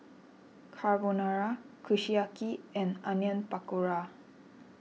Carbonara Kushiyaki and Onion Pakora